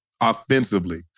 offensively